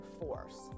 force